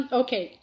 okay